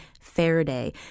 Faraday